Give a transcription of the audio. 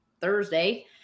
Thursday